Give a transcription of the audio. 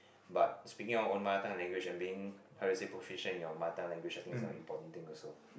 but speaking our own mother tongue language and being how to say proficient in your mother language I think is not important thing also